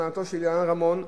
אלמנתו של אילן רמון,